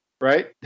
right